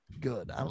good